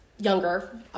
younger